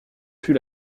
fut